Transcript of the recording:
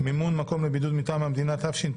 היום יום שלישי י"ז בטבת התשפ"ב,